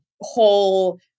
whole